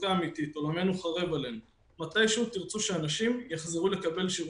וארגונים עם מחזור מעל 20 מיליון אינם זכאים.